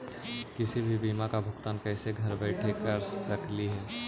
किसी भी बीमा का भुगतान कैसे घर बैठे कैसे कर स्कली ही?